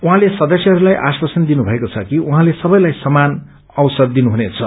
उहँले सदस्यहरूलाई आश्वासन दिनुभएको छ कि उहाँले सबैलाई समान अवसर दिनुहुनेछ